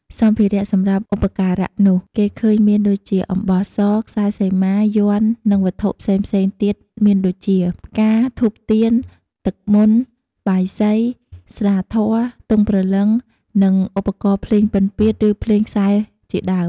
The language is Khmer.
សម្ភារៈសម្រាប់ឧបការៈនោះ គេឃើញមានដូចជា អំបោះស ខ្សែសីមា យ័ន្ត និងវត្ថុផ្សេងៗទៀតដូចជា ផ្កា ធូបទៀន ទឹកមន្ត បាយសី ស្លាធម៌ ទង់ព្រលឹង និងឧបករណ៍ភ្លេងពិណពាទ្យ ឬភ្លេងខ្មែរជាដើម។